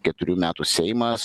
keturių metų seimas